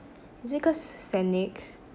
is it cause saint nicks